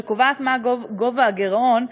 שקובעת מה גובה הגירעון,